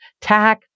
tack